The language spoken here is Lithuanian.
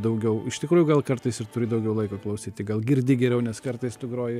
daugiau iš tikrųjų gal kartais ir turi daugiau laiko klausyti gal girdi geriau nes kartais tu groji